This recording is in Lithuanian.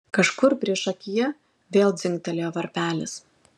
kažkur priešakyje vėl dzingtelėjo varpelis